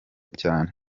cyane